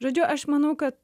žodžiu aš manau kad